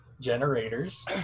generators